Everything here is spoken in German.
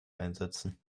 einsetzen